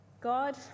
God